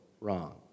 wrong